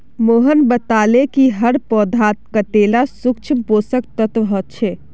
मोहन बताले कि हर पौधात कतेला सूक्ष्म पोषक तत्व ह छे